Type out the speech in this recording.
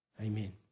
Amen